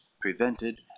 prevented